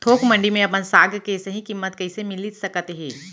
थोक मंडी में अपन साग के सही किम्मत कइसे मिलिस सकत हे?